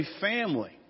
family